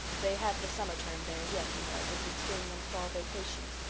they have the summer term there yet, you know, with the spring and fall vacations,